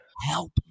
Help